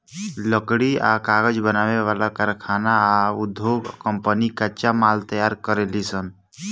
लकड़ी आ कागज बनावे वाला कारखाना आ उधोग कम्पनी कच्चा माल तैयार करेलीसन